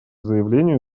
заявлению